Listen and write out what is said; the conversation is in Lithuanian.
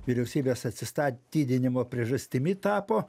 vyriausybės atsistatydinimo priežastimi tapo